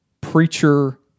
preacher